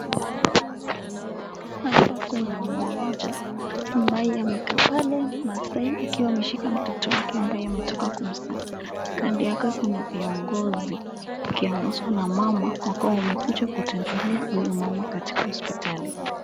Hapa kuna mama mmoja akiwa amekaa pale na mtoto ambayea metoka kumzaaa kando yake, kuna viongozi ikiongozwa na mama ambao wamekuja kutemebela huyu mama katika hospitali.